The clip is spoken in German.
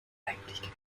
eigentlich